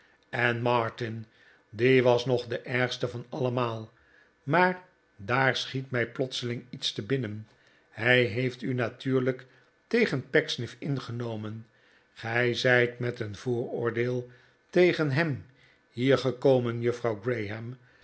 en martin die was nog de ergste van allemaal maar daar schiet mij plotseling iets te binnen hij heeft u natuurlijk tegen pecksniff ingenomen gij zijt met een vooroordeel tegen hem hier gekomen juffrouw